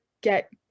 get